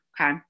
okay